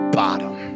bottom